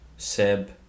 Seb